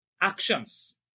actions